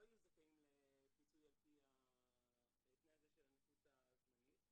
יהיו זכאים לפיצוי על פי התנאי הזה של הנכות הזמנית.